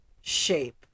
shape